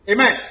Amen